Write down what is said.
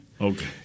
Okay